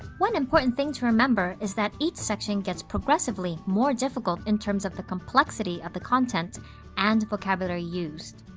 one important thing to remember is that each section gets progressively more difficult in terms of the complexity of the content and vocabulary used.